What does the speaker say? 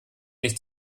nicht